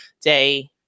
day